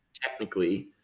Technically